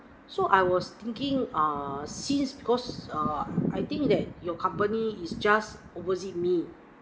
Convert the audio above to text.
so I was thinking uh since because uh I think that your company is just opposite me